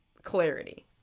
clarity